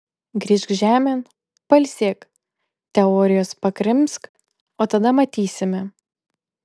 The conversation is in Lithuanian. grįžk žemėn pailsėk teorijos pakrimsk o tada matysime